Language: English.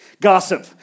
Gossip